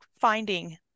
finding